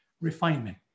refinement